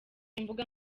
imbuga